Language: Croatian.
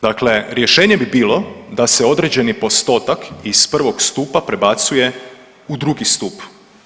Dakle rješenje bi bilo da se određeni postotak iz 1. stupa prebacuje u 2. stup.